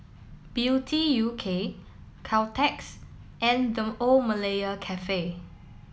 beauty U K Caltex and The Old Malaya Cafe